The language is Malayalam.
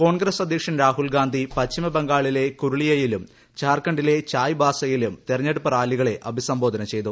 കോൺഗ്രസ് അധ്യക്ഷൻ രാഹുൽ ഗാന്ധി പശ്ചിമബംഗാളിലെ കുരുളിയയിലും ഝാർഖണ്ഡിലെ ചായ്ബാസയിലും തെരഞ്ഞെടുപ്പ് റാലികളെ അഭിസംബോധന ചെയ്തു